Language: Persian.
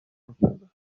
میکردم